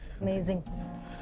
Amazing